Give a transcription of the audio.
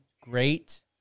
great